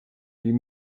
die